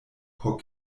por